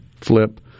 flip